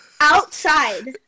Outside